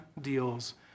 deals